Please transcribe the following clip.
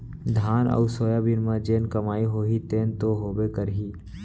धान अउ सोयाबीन म जेन कमाई होही तेन तो होबे करही